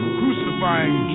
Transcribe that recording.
crucifying